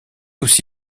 aussi